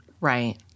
Right